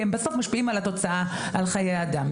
כי בסוף הם באמת משפיעים על חיי אדם.